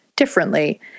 Differently